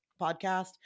podcast